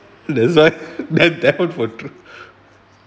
that's why that that one for true